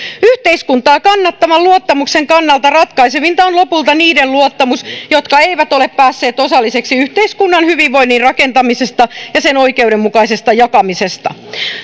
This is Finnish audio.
yhteiskuntaa kannattavan luottamuksen kannalta ratkaisevinta on lopulta niiden luottamus jotka eivät ole päässeet osallisiksi yhteisen hyvinvoinnin rakentamisesta ja sen oikeudenmukaisesta jakamisesta